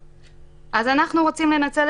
הקלטות,